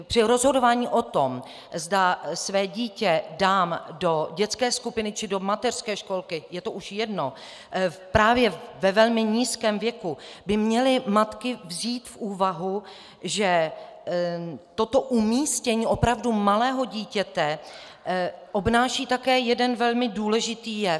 Při rozhodování o tom, zda své dítě dám do dětské skupiny či do mateřské školky, je to už jedno, právě ve velmi nízkém věku, by měly matky vzít v úvahu, že toto umístění opravdu malého dítěte obnáší také jeden velmi důležitý jev.